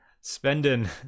spending